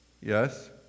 Yes